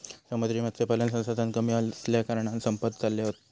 समुद्री मत्स्यपालन संसाधन कमी असल्याकारणान संपत चालले हत